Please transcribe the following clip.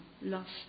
lost